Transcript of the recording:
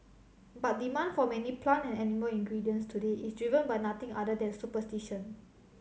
but demand for many plant and animal ingredients today is driven by nothing other than superstition